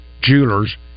Jewelers